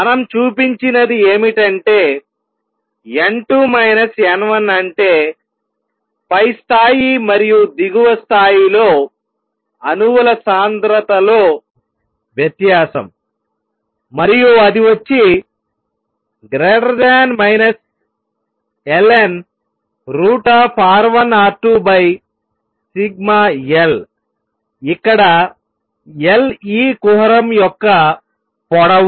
మనం చూపించినది ఏమిటంటే n2 n1 అంటే పై స్థాయి మరియు దిగువ స్థాయిలో అణువుల సాంద్రతలో వ్యత్యాసం మరియు అది వచ్చి ln√σLఇక్కడ L ఈ కుహరం యొక్క పొడవు